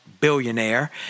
billionaire